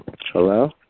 Hello